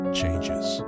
changes